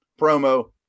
promo